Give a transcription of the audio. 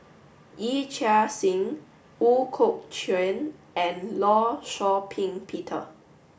Yee Chia Hsing Ooi Kok Chuen and Law Shau Ping Peter